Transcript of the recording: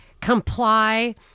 comply